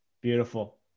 beautiful